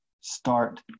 start